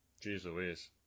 Jesus